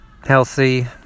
healthy